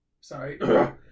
sorry